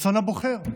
רצון הבוחר.